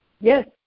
yes